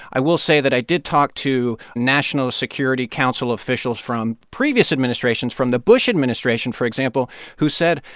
i will say that i did talk to national security council officials from previous administrations from the bush administration, for example who said,